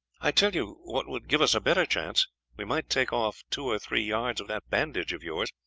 i tell you what would give us a better chance we might take off two or three yards of that bandage of yours,